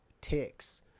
ticks